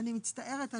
אני מצטערת.